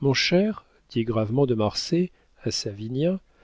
mon cher dit gravement de marsay à savinien